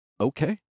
Okay